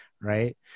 right